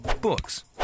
books